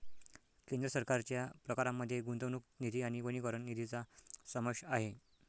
केंद्र सरकारच्या प्रकारांमध्ये गुंतवणूक निधी आणि वनीकरण निधीचा समावेश आहे